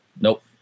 nope